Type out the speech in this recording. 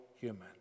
human